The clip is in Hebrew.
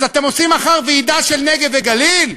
אז אתם עושים מחר ועידה של נגב וגליל?